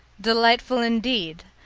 delightful indeed!